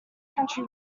country